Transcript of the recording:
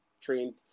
trained